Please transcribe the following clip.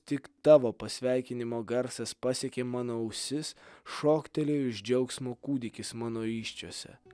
tik tavo pasveikinimo garsas pasiekė mano ausis šoktelėjo iš džiaugsmo kūdikis mano įsčiose